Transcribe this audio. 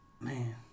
Man